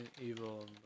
Evil